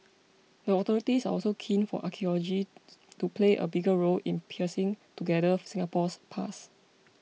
the authorities are also keen for archaeology to play a bigger role in piecing together Singapore's past